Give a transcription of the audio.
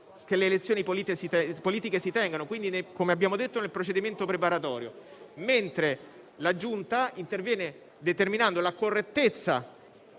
che le elezioni politiche si tengano (quindi nel procedimento preparatorio), mentre la Giunta interviene determinando la correttezza